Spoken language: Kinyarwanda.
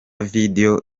video